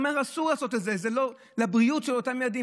הוא אומר: אסור לעשות את זה לבריאות של אותם ילדים.